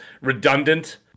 redundant